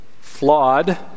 Flawed